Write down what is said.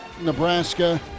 Nebraska